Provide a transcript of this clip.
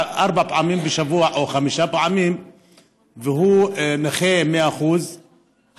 פעמים בשבוע או חמש פעמים והוא נכה מאה אחוז,